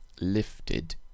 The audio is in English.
lifted